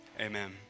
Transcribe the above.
Amen